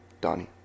Donnie